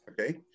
okay